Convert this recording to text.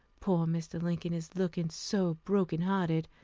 poor mr. lincoln is looking so broken-hearted,